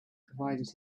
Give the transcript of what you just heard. provided